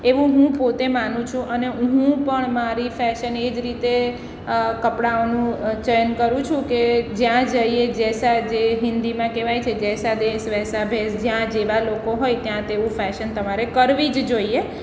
એવું હું પોતે માનું છું અને હું પણ મારી ફેશન એ જ રીતે કપડાઓનું ચયન કરું છું કે જ્યાં જઈએ જેસા જે હિન્દીમાં કેવાય છે જૈસા દેશ વૈસા ભેસ જ્યાં જેવા લોકો હોય ત્યાં તેવું ફેશન તમારે કરવી જ જોઈએ